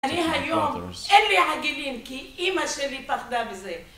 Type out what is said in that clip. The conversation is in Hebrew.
אני היום, אין לי עגילים, כי אימא שלי פחדה מזה.